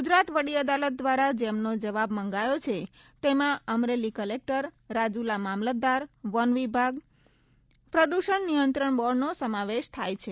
ગુજરાત વડી અદાલત દ્વારા જેમનો જવાબ મંગાયો છે તેમાં અમરેલી કલેક્ટર રાજુલા મામલતદાર વનવિભાગ પ્રદ્રષણ નિયંત્રણ બોર્ડનો સમાવેશ થાય છે